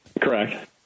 Correct